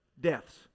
deaths